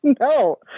No